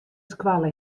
skoalle